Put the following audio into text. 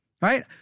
Right